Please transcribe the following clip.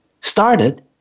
started